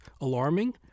alarming